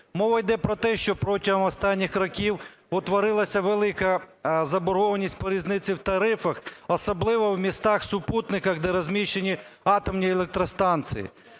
Мова йде про те, що протягом останніх років утворилася велика заборгованість по різниці в тарифах, особливо в містах-супутниках, де розміщені атомні електростанції.